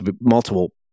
multiple